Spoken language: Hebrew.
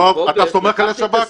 דב, אתה סומך על השב"כ?